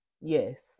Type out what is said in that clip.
yes